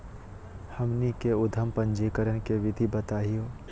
हमनी के उद्यम पंजीकरण के विधि बताही हो?